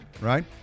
right